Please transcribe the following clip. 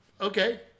Okay